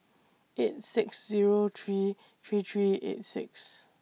eight six Zero three three three eight six